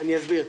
אני אסביר.